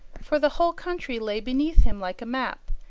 for the whole country lay beneath him like a map,